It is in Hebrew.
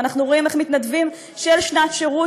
ואנחנו רואים איך מתנדבים של שנת שירות